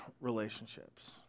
relationships